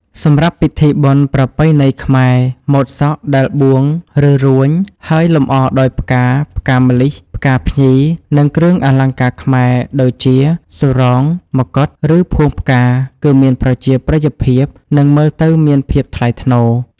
សម្រាប់ពិធីបុណ្យប្រពៃណីខ្មែរ ម៉ូតសក់ដែល បួង ឬ រួញ ហើយលម្អដោយផ្កា ផ្កាម្លិះ ផ្កាភ្ញី និងគ្រឿងអលង្ការខ្មែរដូចជា សុរង មកុដ ឬផួងផ្កា គឺមានប្រជាប្រិយភាព និងមើលទៅមានភាពថ្លៃថ្នូរ ។